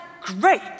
great